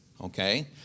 okay